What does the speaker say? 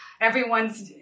everyone's